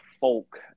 Folk